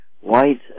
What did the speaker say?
white